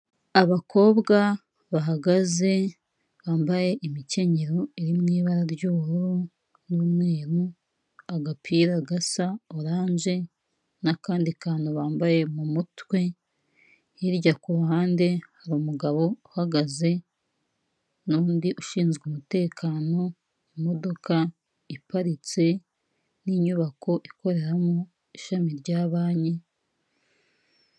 Abakobwa bahagaze bambaye imikenyero iri mu ibara ry'ubururu n'umweru, agapira gasa oranje n'akandi kantu bambaye mu mutwe, hirya ku ruhande hari umugabo uhagaze n'undi ushinzwe umutekano, imodoka iparitse n'inyubako ikoreramo ishami rya banki.